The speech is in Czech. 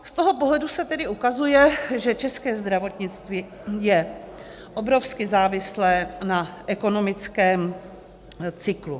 Z toho pohledu se tedy ukazuje, že české zdravotnictví je obrovsky závislé na ekonomickém cyklu.